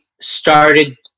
started